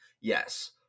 Yes